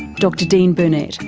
dr dean burnett,